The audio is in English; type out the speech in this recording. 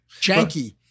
Janky